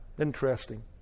interesting